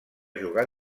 jugar